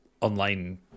online